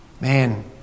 Man